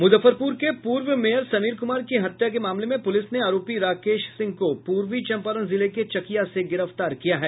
मुजफ्फरपूर के पूर्व मेयर समीर कुमार की हत्या के मामले में पूलिस ने आरोपी राकेश सिंह को पूर्वी चंपारण जिले के चकिया से गिरफ्तार किया है